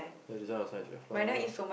ya this one was like to have flower